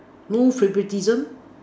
no favouritism